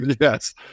yes